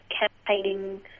campaigning